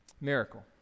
miracle